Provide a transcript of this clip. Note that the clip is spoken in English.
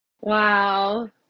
Wow